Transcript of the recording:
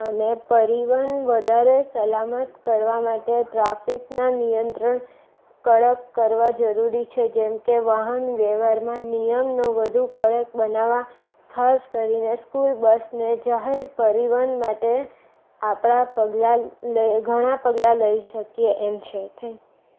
અને પરિવહન વધારે સલામત કરવા માટે ટ્રાફિકનાં નિયંત્રણ કડક કરવાં જરૂરી છે જેમકે વાહન વ્યવહારમાં નિયમો વધુ કડક બનાવવા ખાસ કરીને સ્કૂલ બસને જાહેર પરિવહન માટે આપણા પગલાં ઘણાં પગલાં લઈ શકીએ એમ છીએ થેન્ક યૂ